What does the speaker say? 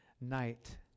night